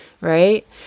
Right